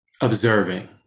observing